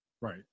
Right